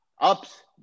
ups